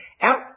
out